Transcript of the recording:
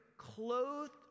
clothed